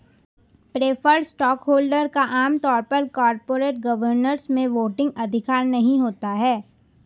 preferred stockholder का आम तौर पर कॉरपोरेट गवर्नेंस में वोटिंग अधिकार नहीं होता है